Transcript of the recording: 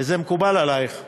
וזה מקובל עלייך?